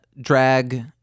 drag